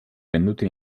venduto